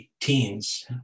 teens